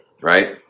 right